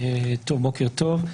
בוקר טוב.